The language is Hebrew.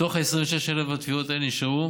מתוך 26,000 התביעות האלה נשארו